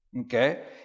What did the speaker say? okay